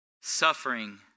suffering